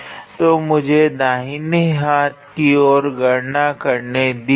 तो मुझे दाहिने हाथ की और की गणना करने दीजिए